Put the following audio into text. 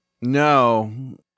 No